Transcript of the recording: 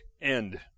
end